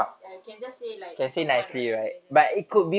ya you can just say like sopan [what] just sopan